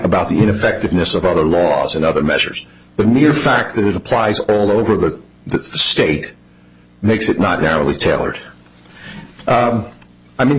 about the ineffectiveness of other laws and other measures the mere fact that it applies all over the state makes it not now we tailored i mean